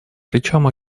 причем